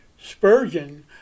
Spurgeon